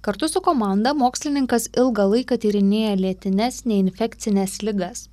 kartu su komanda mokslininkas ilgą laiką tyrinėja lėtines neinfekcines ligas